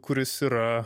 kuris yra